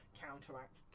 counteract